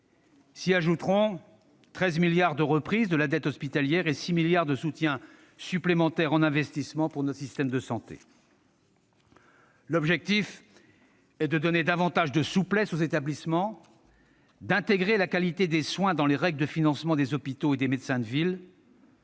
cet engagement 13 milliards d'euros de reprise de la dette hospitalière et 6 milliards d'euros de soutien supplémentaire en investissement pour notre système de santé. « L'objectif est de donner davantage de souplesse aux établissements, d'intégrer la qualité des soins dans les règles de financement des hôpitaux et des médecins de ville,